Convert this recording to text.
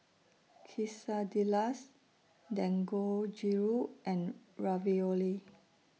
Quesadillas Dangojiru and Ravioli